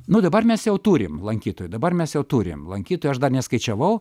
nu dabar mes jau turim lankytojų dabar mes jau turim lankytojų aš dar neskaičiavau